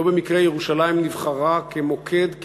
לא במקרה ירושלים נבחרה כמוקד,